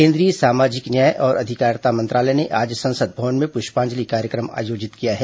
केंद्रीय सामाजिक न्याय और अधिकारिता मंत्रालय ने आज संसद भवन में पुष्पांजलि कार्य क्र म आयोजित किया है